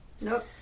Nope